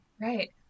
Right